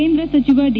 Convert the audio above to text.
ಕೇಂದ್ರ ಸಚಿವ ದಿ